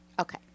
Okay